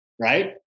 right